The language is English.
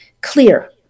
Clear